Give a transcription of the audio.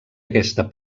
aquesta